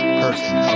person